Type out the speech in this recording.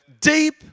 deep